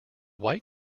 white